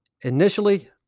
Initially